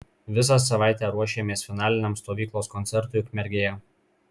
visą savaitę ruošėmės finaliniam stovyklos koncertui ukmergėje